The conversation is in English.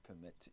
permit